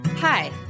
Hi